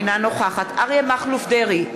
אינה נוכחת אריה מכלוף דרעי,